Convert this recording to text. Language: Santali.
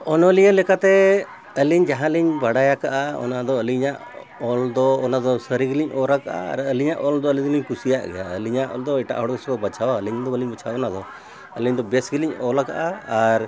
ᱚᱱᱚᱞᱤᱭᱟᱹ ᱞᱮᱠᱟᱛᱮ ᱟᱹᱞᱤᱧ ᱡᱟᱦᱟᱸᱞᱤᱧ ᱵᱟᱰᱟᱭ ᱟᱠᱟᱜᱼᱟ ᱚᱱᱟ ᱫᱚ ᱟᱞᱤᱧᱟᱜ ᱚᱞ ᱫᱚ ᱚᱱᱟ ᱫᱚ ᱥᱟᱹᱨᱤ ᱜᱮᱞᱤᱧ ᱚᱞ ᱠᱟᱜᱼᱟ ᱟᱨ ᱟᱹᱞᱤᱧᱟᱜ ᱚᱞ ᱫᱚ ᱟᱞᱤᱧ ᱫᱚᱞᱤᱧ ᱠᱩᱥᱤᱭᱟᱜ ᱜᱮᱭᱟ ᱟᱹᱞᱤᱧᱟᱜ ᱚᱞ ᱫᱚ ᱮᱴᱟᱜ ᱦᱚᱲ ᱵᱟᱪᱷᱟᱣᱟ ᱟᱹᱞᱤᱧ ᱫᱚ ᱵᱟᱞᱤᱧ ᱵᱟᱪᱷᱟᱣᱟ ᱚᱱᱟ ᱫᱚ ᱟᱹᱞᱤᱧ ᱫᱚ ᱵᱮᱥ ᱜᱮᱞᱤᱧ ᱚᱞ ᱠᱟᱜᱼᱟ ᱟᱨ